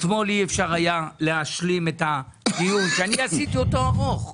אתמול אי אפשר היה להשלים את הדיון שאני עשיתי אותו ארוך,